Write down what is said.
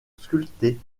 sculptée